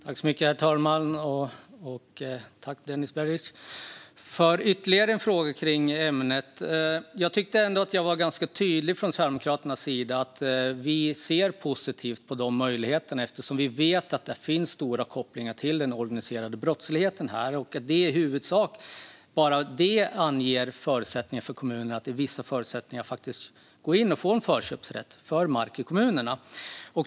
Herr talman! Tack, Denis Begic, för ytterligare frågor om ämnet! Jag tyckte ändå att jag var ganska tydlig med att vi från Sverigedemokraternas sida ser positivt på de möjligheterna. Vi vet att det finns stora kopplingar till den organiserade brottsligheten. Bara det innebär i huvudsak möjlighet för kommunerna att under vissa förutsättningar gå in och få en förköpsrätt för mark i kommunerna.